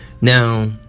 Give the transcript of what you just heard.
Now